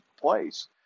place